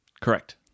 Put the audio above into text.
Correct